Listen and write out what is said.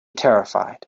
terrified